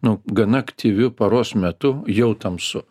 nu gana aktyviu paros metu jau tamsu